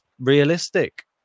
realistic